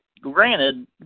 Granted